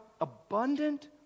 abundant